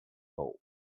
hole